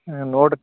ಹಾಂ ನೋಡ್ರಿ